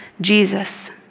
Jesus